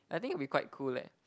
I think it'll be quite cool leh